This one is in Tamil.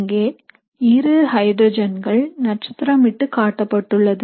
இங்கே இரு ஹைட்ரஜன்கள் நட்சத்திரம் இட்டு காட்டப்பட்டுள்ளது